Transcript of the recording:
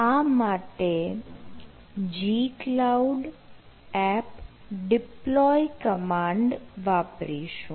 આ માટે gcloud app deploy command વાપરીશું